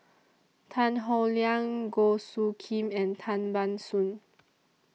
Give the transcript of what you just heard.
Tan Howe Liang Goh Soo Khim and Tan Ban Soon